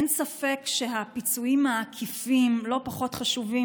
אין ספק שהפיצויים העקיפים לא פחות חשובים